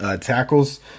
tackles